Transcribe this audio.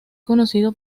conocido